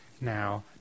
now